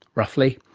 roughly.